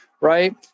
right